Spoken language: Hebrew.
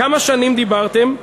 כמה שנים דיברתם?